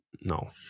No